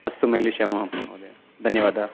अस्तु मेलिष्यामः महोदय धन्यवादः